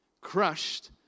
crushed